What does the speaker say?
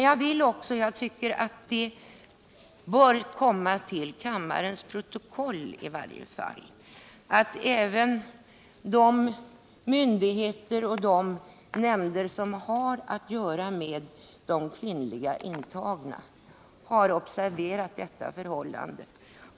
Jag tycker dock att det bör komma till kammarens protokoll att även de myndigheter och nämnder som har att göra med de kvinnliga intagna har observerat detta förhållande.